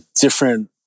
different